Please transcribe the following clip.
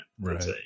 Right